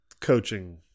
coaching